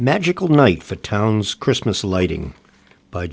magical night for town's christmas lighting by